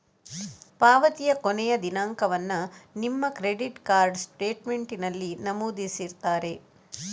ಪಾವತಿಯ ಕೊನೆಯ ದಿನಾಂಕವನ್ನ ನಿಮ್ಮ ಕ್ರೆಡಿಟ್ ಕಾರ್ಡ್ ಸ್ಟೇಟ್ಮೆಂಟಿನಲ್ಲಿ ನಮೂದಿಸಿರ್ತಾರೆ